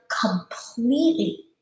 completely